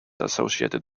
associated